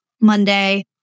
Monday